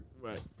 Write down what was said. right